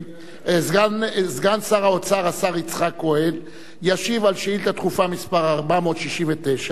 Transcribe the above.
סגן שר האוצר השר יצחק כהן ישיב על שאילתא דחופה מס' 469